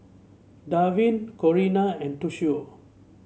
Dwain Corina and Toshio